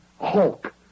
hulk